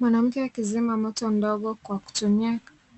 Mwanamke akizima moto ndogo kwa kutumia